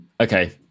Okay